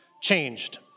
changed